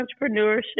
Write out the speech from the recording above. entrepreneurship